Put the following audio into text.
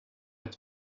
ett